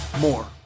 more